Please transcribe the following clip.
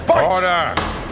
Order